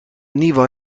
nieuwe